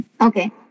Okay